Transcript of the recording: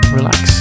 relax